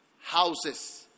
houses